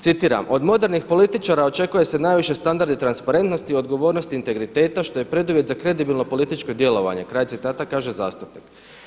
Citiram: „Od modernih političara očekuje se najviši standardi i transparentnosti i odgovornosti integriteta što je preduvjet za kredibilno političko djelovanje.“, kraj citata, kaže zastupnik.